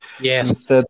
Yes